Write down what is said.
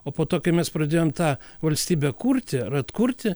o po to kai mes pradėjom tą valstybę kurti ir atkurti